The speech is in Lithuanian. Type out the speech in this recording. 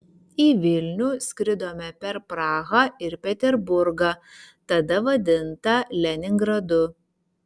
į vilnių skridome per prahą ir peterburgą tada vadintą leningradu